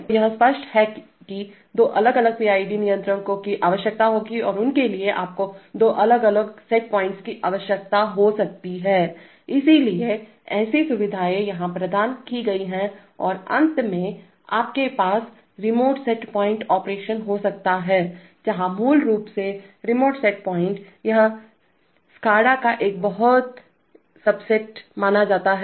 तो यह स्पष्ट है कि दो अलग अलग पीआईडी नियंत्रकों की आवश्यकता होगी और उनके लिए आपको दो अलग अलग सेट पॉइंट्स की आवश्यकता हो सकती है इसलिए ऐसी सुविधाएं यहाँ प्रदान की गई हैं और अंत में आपके पास रिमोट सेट पॉइंट ऑपरेशन हो सकता है जहाँ मूल रूप से रिमोट सेट पॉइंट यह SCADA का एक सबसेट है